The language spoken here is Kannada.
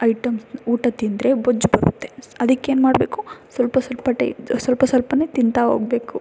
ಐಟೆಮ್ಸ್ ಊಟ ತಿಂದರೆ ಬೊಜ್ಜು ಬರುತ್ತೆ ಅದಕ್ಕೇನು ಮಾಡಬೇಕು ಸ್ವಲ್ಪ ಸ್ವಲ್ಪ ಟೇ ಸ್ವಲ್ಪ ಸ್ವಲ್ಪನೇ ತಿಂತಾ ಹೋಗ್ಬೇಕು